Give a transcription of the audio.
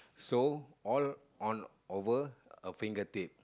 so all on over a fingertip